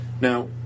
Now